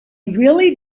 really